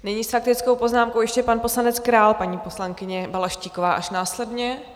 Nyní s faktickou poznámkou ještě pan poslanec Král, paní poslankyně Balaštíková až následně.